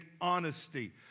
honesty